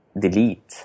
delete